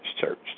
church